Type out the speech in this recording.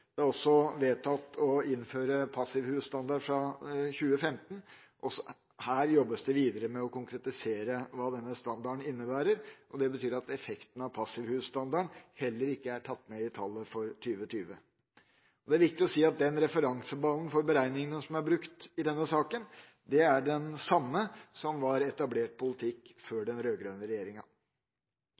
Det er også vedtatt å innføre passivhusstandard fra 2015. Det jobbes videre med å konkretisere hva denne standarden innebærer, og det betyr at effekten av passivhusstandarden heller ikke er tatt med i tallet for 2020. Det er viktig å si at den referansebanen for beregningene som er brukt i denne saken, er den som var etablert politikk før den rød-grønne regjeringa.